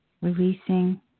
Releasing